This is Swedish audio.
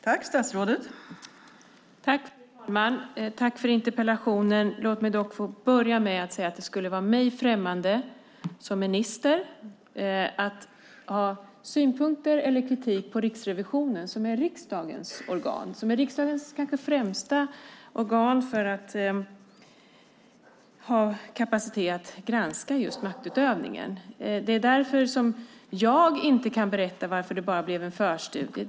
Fru talman! Tack för interpellationen! Låt mig dock få börja med att säga att det skulle vara mig främmande som minister att ha synpunkter eller kritik på Riksrevisionen, som är riksdagens kanske främsta organ för att ha kapacitet att granska just maktutövningen. Det är därför jag inte kan berätta varför det blev bara en förstudie.